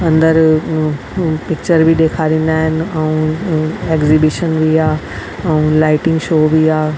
अंदरि पिच्चर बि ॾेखारींदा आहिनि ऐं एक्ज़ीबिशन बि आहे ऐं लाईटिंग शो बि आहे